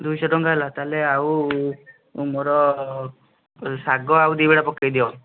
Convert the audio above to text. ଦୁଇଶହ ଟଙ୍କା ହେଲା ତା'ହେଲେ ଆଉ ମୋର ଶାଗ ଆଉ ଦୁଇ ବିଡ଼ା ପକାଇ ଦିଅ